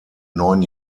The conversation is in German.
neun